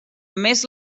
més